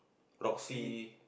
Roxy